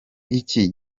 iki